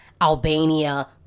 Albania